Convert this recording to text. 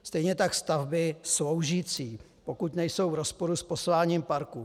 Stejně tak stavby sloužící, pokud nejsou v rozporu s posláním parku.